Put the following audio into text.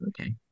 okay